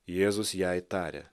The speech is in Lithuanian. jėzus jai tarė